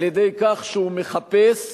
על-ידי כך שהוא מחפש,